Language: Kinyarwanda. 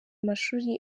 amashuri